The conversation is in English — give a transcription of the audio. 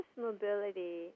mobility